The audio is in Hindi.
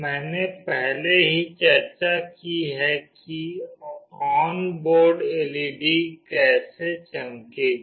मैंने पहले ही चर्चा की है कि ऑनबोर्ड एलईडी कैसे चमकेगी